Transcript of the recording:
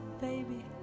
baby